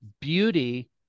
beauty